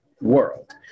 world